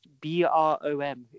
B-R-O-M